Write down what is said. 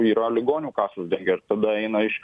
yra ligonių kasos dengia ir tada eina iš